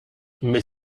mais